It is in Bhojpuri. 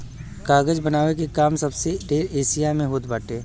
कागज बनावे के काम सबसे ढेर एशिया में होत बाटे